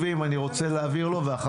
אז אנחנו ניתן לו את רשות הדיבור ואתם מיד